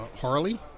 Harley